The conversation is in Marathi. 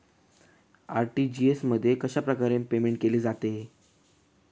आर.टी.जी.एस मध्ये कशाप्रकारे पेमेंट केले जाते?